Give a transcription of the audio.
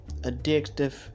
addictive